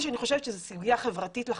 שאני חושבת שזו סוגיה חברתית לחלוטין.